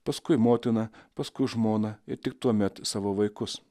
paskui motiną paskui žmoną ir tik tuomet savo vaikus